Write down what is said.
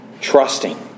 trusting